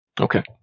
Okay